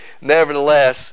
nevertheless